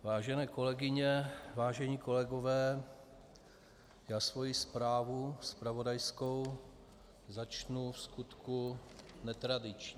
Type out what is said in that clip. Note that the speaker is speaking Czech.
Vážené kolegyně, vážení kolegové, já svoji zpravodajskou zprávu začnu vskutku netradičně.